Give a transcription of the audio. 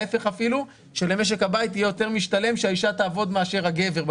אפילו להפך למשק הבית יהיה יותר משתלם שהאישה תעבוד מאשר הגבר.